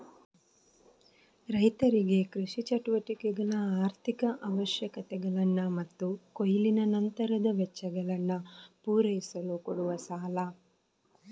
ರೈತರಿಗೆ ಕೃಷಿ ಚಟುವಟಿಕೆಗಳ ಆರ್ಥಿಕ ಅವಶ್ಯಕತೆಗಳನ್ನ ಮತ್ತು ಕೊಯ್ಲಿನ ನಂತರದ ವೆಚ್ಚಗಳನ್ನ ಪೂರೈಸಲು ಕೊಡುವ ಸಾಲ